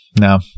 no